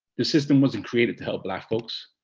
the system wasn't created to help black folks.